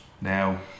now